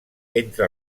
entre